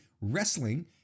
wrestling